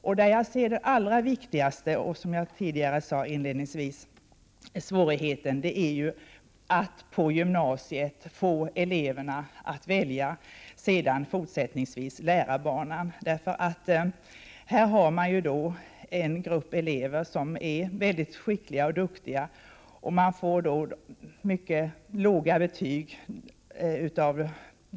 Det som jag anser vara allra viktigast och svårast, vilket jag sade inledningsvis, är att på gymnasiet få eleverna att fortsättningsvis välja lärarbanan. Där finns det nämligen en grupp elever som är mycket skickliga och duktiga.